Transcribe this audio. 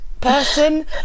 person